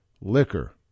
liquor